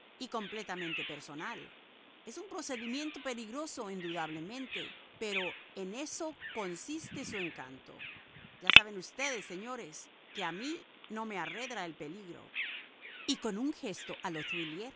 y completamente personal es un procedimiento peligroso indudablemente pero en eso consiste su encanto ya saben ustedes señores que a mí no me arredra el peligro y con un gesto a lo